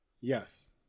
Yes